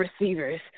receivers